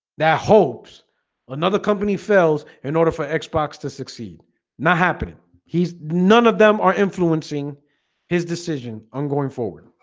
their hopes another company fels in order for xbox to succeed not happening he's none of them are influencing his decision on going forward.